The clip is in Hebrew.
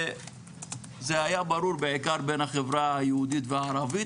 וזה היה ברור בעיקר בין החברה היהודית והערבית,